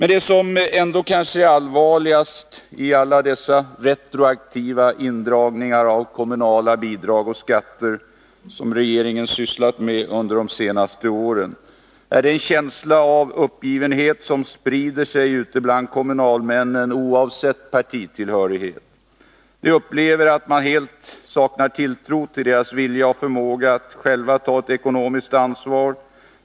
Det som ändå kanske är allvarligast när det gäller alla dessa retroaktiva indragningar av kommunala bidrag och skatter, som regeringen sysslat med under de senaste åren, är den känsla av uppgivenhet som sprider sig ute bland kommunalmännen oavsett partitillhörighet. De upplever att man helt saknar tilltro till deras vilja och förmåga att själva ta ett ekonomiskt ansvar.